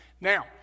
Now